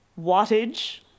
wattage